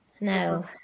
No